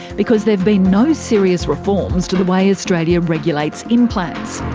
because there've been no serious reforms to the way australia regulates implants.